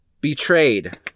Betrayed